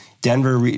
Denver